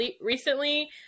recently